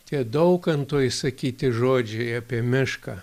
tie daukanto išsakyti žodžiai apie mišką